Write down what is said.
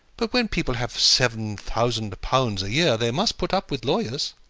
but when people have seven thousand pounds a year, they must put up with lawyers.